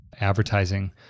advertising